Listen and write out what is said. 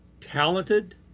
talented